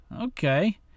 Okay